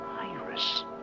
Iris